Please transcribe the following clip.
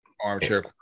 Armchair